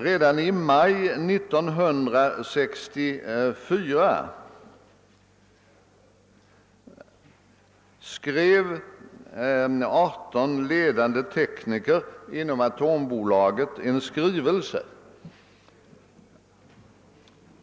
Redan i maj 1964 avgav 18 ledande tekniker inom Atombolaget en skrivelse